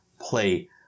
play